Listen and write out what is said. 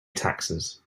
taxes